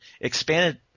expanded